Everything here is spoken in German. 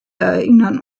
erinnern